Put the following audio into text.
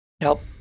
help